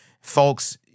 folks